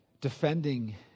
defending